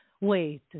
wait